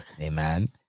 Amen